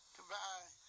Goodbye